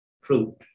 fruit